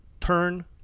turn